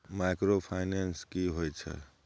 Microfinance की होय छै?